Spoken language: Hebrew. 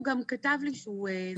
הוא גם כתב לי שהוא זמין.